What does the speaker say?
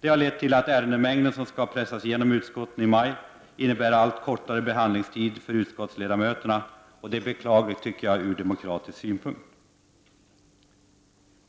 Det har lett till att utskottsledamöterna får allt kortare tid på sig att behandla den ärendemängd som skall pressas igenom i utskotten i maj. Det tycker jag är beklagligt ur demokratisk synpunkt.